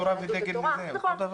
יהדות התורה ודגל התורה, אותו דבר.